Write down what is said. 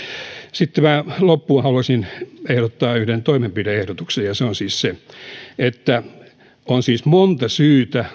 sitten haluaisin loppuun tehdä yhden toimenpide ehdotuksen ja se on siis se että on siis monta syytä